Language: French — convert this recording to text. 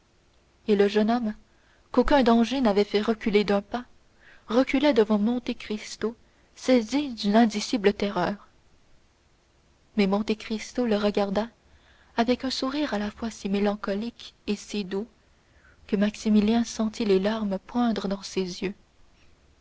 et le jeune homme qu'aucun danger n'avait fait reculer d'un pas reculait devant monte cristo saisi d'une indicible terreur mais monte cristo le regarda avec un sourire à la fois si mélancolique et si doux que maximilien sentit les larmes poindre dans ses yeux